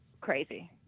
crazy